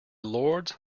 lords